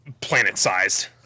planet-sized